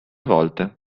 volte